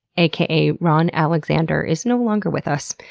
aka ron alexander is no longer with us.